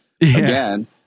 Again